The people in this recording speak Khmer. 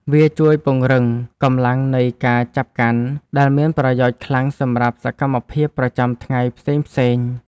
វាជួយពង្រឹងកម្លាំងនៃការចាប់កាន់ ដែលមានប្រយោជន៍ខ្លាំងសម្រាប់សកម្មភាពប្រចាំថ្ងៃផ្សេងៗ។